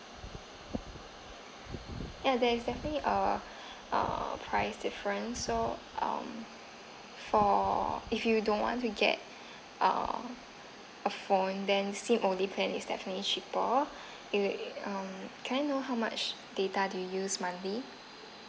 ya there is definitely a uh price difference so um for if you don't want to get uh a phone then S_I_M only plan is definitely cheaper if you um can know how much data do you use monthly